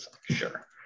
Sure